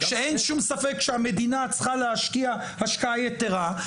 שאין שום ספק שהמדינה צריכה להשקיע השקעה יתרה,